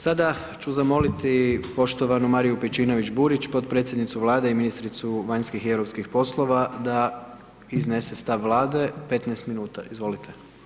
Sada ću zamoliti poštovanu Mariju Pejčinović Burić, podpredsjednicu Vlade i ministricu vanjskih i europskih poslova da iznese stav Vlade, 15 minuta, izvolite.